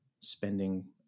spending